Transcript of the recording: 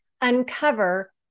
uncover